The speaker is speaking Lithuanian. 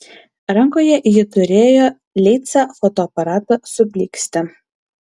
rankoje ji turėjo leica fotoaparatą su blykste